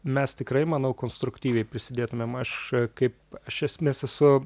mes tikrai manau konstruktyviai prisidėtumėm aš kaip aš esmės esu